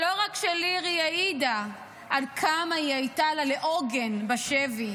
שלא רק שלירי העידה כמה היא הייתה לה לעוגן בשבי,